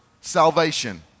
salvation